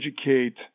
educate